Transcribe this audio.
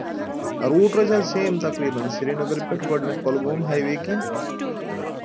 root روزِ حظ سیم تَقریٖباً سری نگرٕ پؠٹھ گۄڈٕنیٚتھ کۄلگوم ہایوے کِنۍ